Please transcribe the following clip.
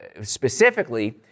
specifically